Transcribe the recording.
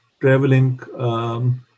traveling